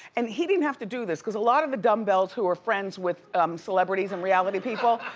and he didn't have to do this, cause a lot of the dumbbells who are friends with celebrities and reality people,